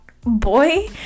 boy